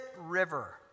river